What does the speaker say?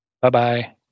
Bye-bye